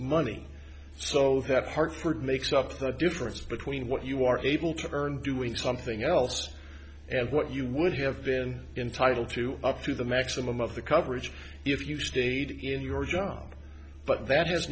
money so that hartford makes up the difference between what you are able to earn doing something else and what you would have been entitle to up to the maximum of the coverage if you stayed in your job but that has